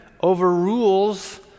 overrules